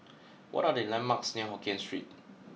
what are the landmarks near Hokien Street